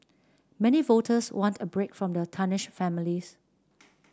many voters want a break from the tarnished families